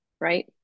right